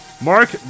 Mark